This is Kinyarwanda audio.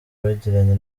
bagiranye